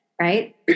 right